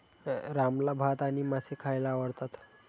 रामला भात आणि मासे खायला आवडतात